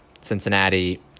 Cincinnati